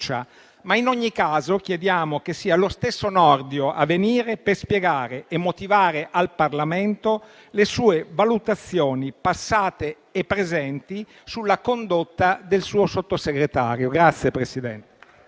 Ma in ogni caso chiediamo che sia lo stesso Nordio a venire a spiegare e motivare al Parlamento le sue valutazioni passate e presenti sulla condotta del suo Sottosegretario.